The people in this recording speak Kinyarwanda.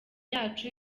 yacu